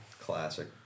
Classic